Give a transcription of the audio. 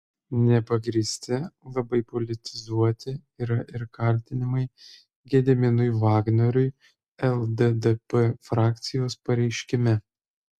nepagrįsti labai politizuoti yra ir kaltinimai gediminui vagnoriui lddp frakcijos pareiškime